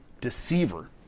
deceiver